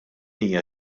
hija